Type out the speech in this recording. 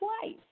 twice